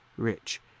rich